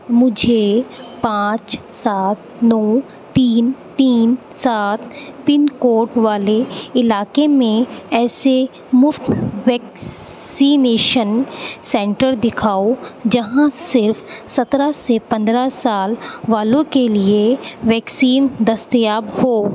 مجھے پانچ سات نو تین تین سات پن کوڈ والے علاقے میں ایسے مفت ویکسینیشن سینٹر دکھاؤ جہاں صرف سترہ سے پندرہ سال والوں کے لیے ویکسین دستیاب ہو